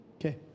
Okay